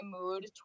mood